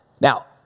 Now